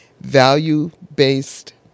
value-based